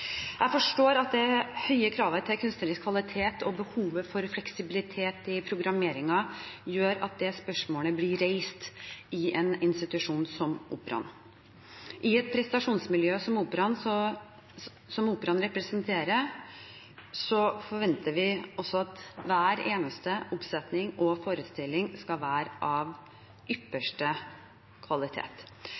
og behovet for fleksibilitet i programmeringen gjør at dette spørsmålet blir reist i en institusjon som Operaen. I et prestasjonsmiljø som det Operaen representerer, forventer vi at hver eneste oppsetning og forestilling skal være av ypperste kvalitet.